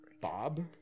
Bob